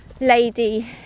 lady